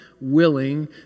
willing